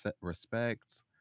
respect